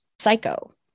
psycho